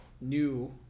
new